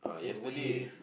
the wave